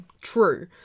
true